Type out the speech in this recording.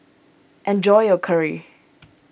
enjoy your Curry